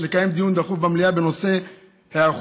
לקיים דיון דחוף במליאה בנושא היערכות